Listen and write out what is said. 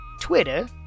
Twitter